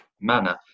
manner